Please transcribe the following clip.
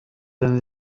than